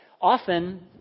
often